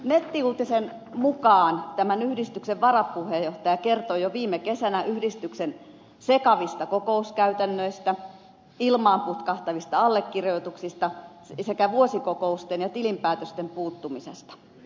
nettiuutisen mukaan tämän yhdistyksen varapuheenjohtaja kertoi jo viime kesänä yhdistyksen sekavista kokouskäytännöistä ilmaan putkahtavista allekirjoituksista sekä vuosikokousten ja tilinpäätösten puuttumisesta